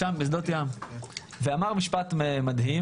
שם בשדות ים סיפר את הסיפור שלו, ואמר משפט מדהים: